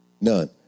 None